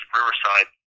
Riverside